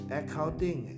accounting